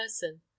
person